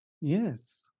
Yes